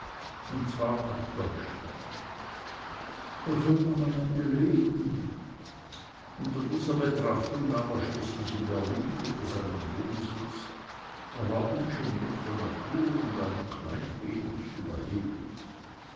und zwar nach deutschland wo soll man am ende leben unter dieser betrachtung nahm er schließlich in berlin wieder seinen wohnsitz er war ungeniert von natur und ein klein wenig überheblich